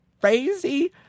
crazy